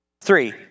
Three